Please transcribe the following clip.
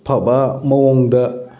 ꯐꯕ ꯃꯑꯣꯡꯗ